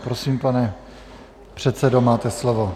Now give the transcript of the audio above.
Prosím, pane předsedo, máte slovo.